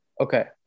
okay